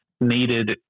needed